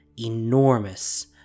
enormous